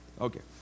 Okay